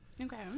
Okay